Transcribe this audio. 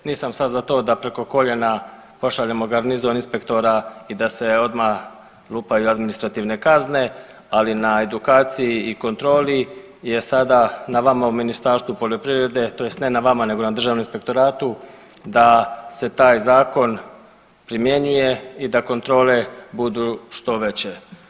Nisam sad za to da preko koljena pošaljemo garnizon inspektora i da se odmah lupaju administrativne kazne, ali na edukaciji i kontroli je sada na vama u Ministarstvu poljoprivrede tj. ne na vama nego na Državnom inspektoratu da se taj zakon primjenjuje i da kontrole budu što veće.